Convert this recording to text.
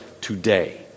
today